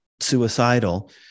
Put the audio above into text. suicidal